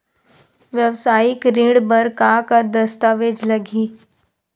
वेवसायिक ऋण बर का का दस्तावेज लगही?